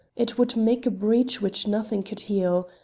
it would make a breach which nothing could heal.